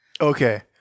Okay